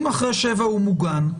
אם אחרי שבע הוא מוגן,